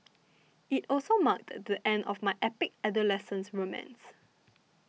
it also marked the end of my epic adolescent romance